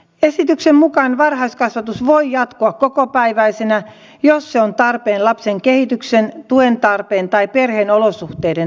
esityksen mukaan varhaiskasvatus voi jatkua kokopäiväisenä jos se on tarpeen lapsen kehityksen tuen tarpeen tai perheen olosuhteiden takia